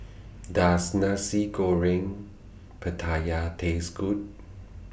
Does Nasi Goreng Pattaya Taste Good